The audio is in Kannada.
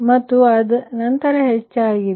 ಮತ್ತು ಅದರ ನಂತರ ಹೆಚ್ಚಾಗಿದೆ